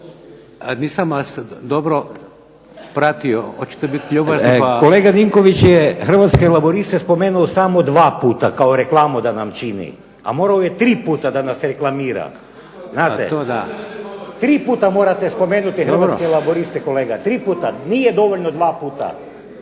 Dragutin (Hrvatski laburisti - Stranka rada)** Kolega Milinković je hrvatske laburiste spomenuo samo dva puta kao reklamu da nam čini, a morao je tri puta da nas reklamira. Tri puta morate spomenuti hrvatske laburiste kolega. Nije dovoljno dva puta.